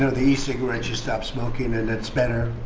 ah the e-cigarette should stop smoking and it's better.